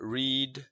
read